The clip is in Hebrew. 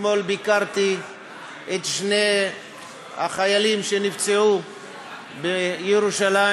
אתמול ביקרתי את שני החיילים שנפצעו בירושלים,